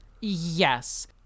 Yes